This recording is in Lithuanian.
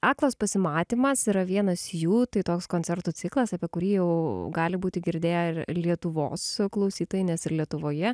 aklas pasimatymas yra vienas jų tai toks koncertų ciklas apie kurį jau gali būti girdėję ir lietuvos klausytojai nes ir lietuvoje